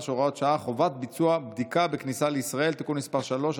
(הוראת שעה) (חובת ביצוע בדיקה בכניסה לישראל) (תיקון מס' 3),